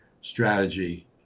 strategy